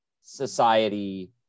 society